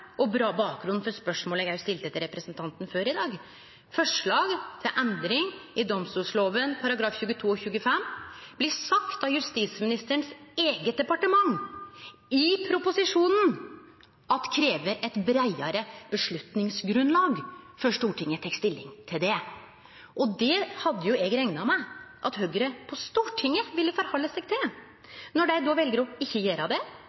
i proposisjonen at forslag til endring i domstolloven §§ 22 og 25 krev eit breiare avgjerdsgrunnlag før Stortinget tek stilling til det. Det hadde eg rekna med at Høgre på Stortinget ville halde seg til. Dei vel å ikkje gjere det